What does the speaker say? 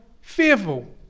fearful